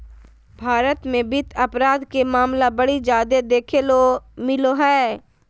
भारत मे वित्त अपराध के मामला बड़ी जादे देखे ले मिलो हय